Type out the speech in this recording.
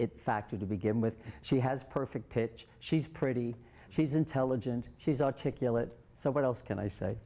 factor to begin with she has perfect pitch she's pretty she's intelligent she's articulate so what else can i say